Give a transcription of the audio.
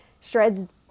shreds